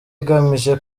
igamije